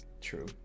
True